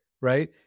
right